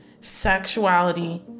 Sexuality